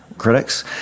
Critics